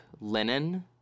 linen